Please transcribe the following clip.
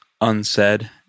unsaid